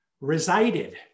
resided